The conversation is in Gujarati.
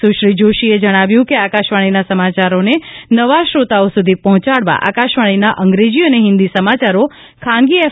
સુશ્રી જોશી એ જણાવ્યું કે આકાશવાણીના સમાચારોને નવા શ્રોતાઓ સુધી પહોંચાડવા આકાશવાણીના અંગ્રેજી અને હિન્દી સમાચારો ખાનગી એફ